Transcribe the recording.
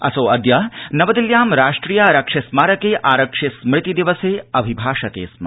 असौ अद्य नवदिल्ल्यां राष्ट्रियारक्षि स्मारप्रे आरक्षि स्मृति दिवसे अभिभाषते स्म